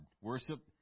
Worship